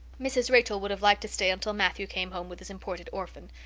mrs. rachel would have liked to stay until matthew came home with his imported orphan.